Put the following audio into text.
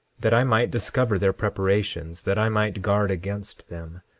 that i might discover their preparations, that i might guard against them,